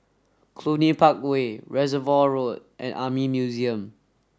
Cluny Park Way Reservoir Road and Army Museum